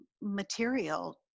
material